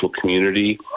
community